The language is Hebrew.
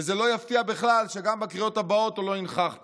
וזה לא יפתיע בכלל שגם בקריאות הבאות הוא לא ינכח פה.